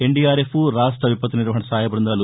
NDRF రాష్ట్ర విపత్తు నిర్వహణ సహాయ బృందాలు